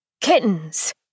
Kittens